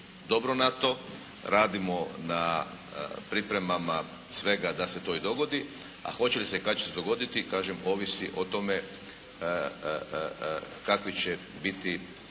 dobro na to. Radimo na pripremama svega da se to i dogodi, a hoće li se i kad će se dogoditi kažem ovisi o tome kakvi će biti